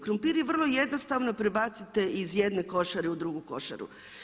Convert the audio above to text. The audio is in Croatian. Krumpire vrlo jednostavno prebacite iz jedne košare u drugu košaru.